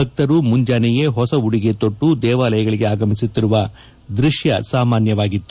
ಭಕ್ತರು ಮುಂಜಾನೆಯೇ ಹೊಸ ಉಡುಗೆ ತೊಟ್ಟು ದೇವಾಲಯಗಳಿಗೆ ಆಗಮಿಸುತ್ತಿರುವ ದೃಕ್ಕ ಸಾಮಾನ್ಯವಾಗಿತ್ತು